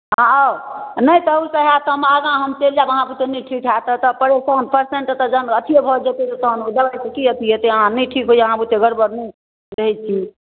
हँ आउ नहि तऽ ओहिसँ हैत तऽ हम आगाँ हम चलि जायब अहाँ बुते नहि ठीक हैत तऽ पेशेंटके जखैन अथिये भऽ जेतै तखन ओ दवाइके की अथि हेतै अहाँ नहि ठीक होइए अहाँ बुते गड़बड़ रहै छी